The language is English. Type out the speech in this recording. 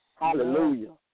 Hallelujah